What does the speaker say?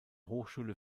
hochschule